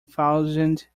thousand